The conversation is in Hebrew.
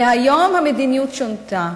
והיום המדיניות שונתה.